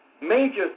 major